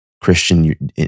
Christian